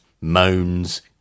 moans